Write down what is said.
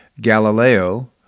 Galileo